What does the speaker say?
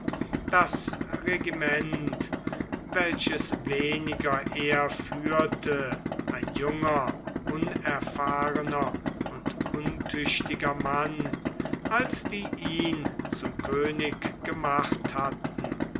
das regiment welches weniger er führte ein junger unerfahrener und untüchtiger mann als die ihn zum könig gemacht hatten